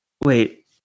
Wait